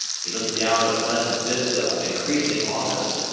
he looked down a pleasant vista of increasing office,